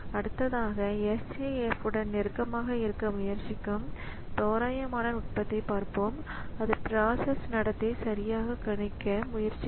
அடுத்ததாக SJF உடன் நெருக்கமாக இருக்க முயற்சிக்கும் தோராயமான நுட்பத்தைப் பார்ப்போம் அது பிராசஸ் நடத்தை சரியாகக் கணிக்க முயற்சிக்கும்